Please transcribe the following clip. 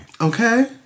okay